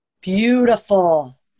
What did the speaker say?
Beautiful